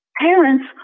parents